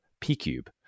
P-Cube